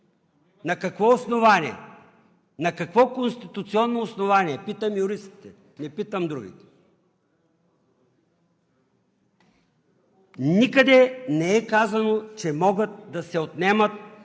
На какво основание? На какво конституционно основание? Питам юристите, не питам другите. Никъде не е казано, че могат да се отнемат